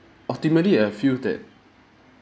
ultimately I feel that